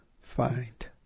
find